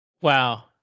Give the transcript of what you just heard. Wow